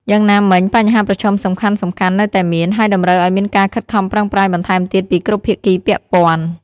យ៉ាងណាមិញ បញ្ហាប្រឈមសំខាន់ៗនៅតែមាន ហើយតម្រូវឱ្យមានការខិតខំប្រឹងប្រែងបន្ថែមទៀតពីគ្រប់ភាគីពាក់ព័ន្ធ។